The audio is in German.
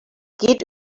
geht